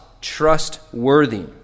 trustworthy